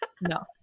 No